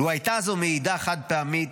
לו הייתה זו מעידה חד-פעמית,